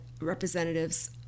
representatives